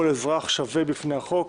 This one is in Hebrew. כל אזרח שווה בפני החוק.